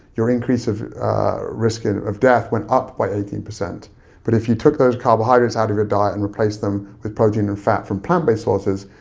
your increase of risk and of death went up by eighteen, but if you took those carbohydrates out of your diet and replaced them with protein and fat from plant-based sources,